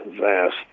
vast